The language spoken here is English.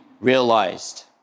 realized